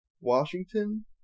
Washington